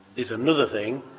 is another thing.